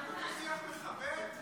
אתה מבקש שיח מכבד?